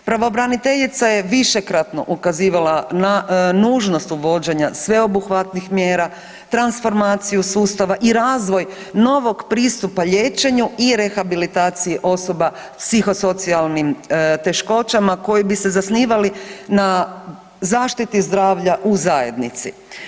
Pravobraniteljica je višekratno ukazivala na nužnost uvođenja sveobuhvatnih mjera, transformaciju sustava i razvoj novog pristupa liječenju i rehabilitaciji osoba s psihosocijalnim teškoćama koji bi se zasnivali na zaštiti zdravlja u zajednici.